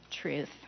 truth